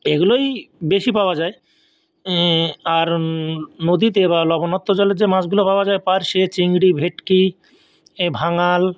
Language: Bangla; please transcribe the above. এইগুলোই বেশি পাওয়া যায় আর নদীতে বা লবণাক্ত জলের যে মাছগুলো পাওয়া যায় পার্শে চিংড়ি ভেটকি এ ভাঙাল